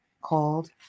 called